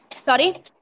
Sorry